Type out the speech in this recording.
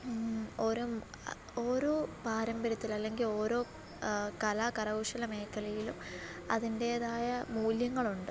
ഓരോ ഓരോ പാരമ്പര്യത്തിൽ അല്ലെങ്കില് ഒരോ കലാ കരകൗശല മേഖലയിലും അതിൻറ്റേതായ മൂല്യങ്ങളുണ്ട്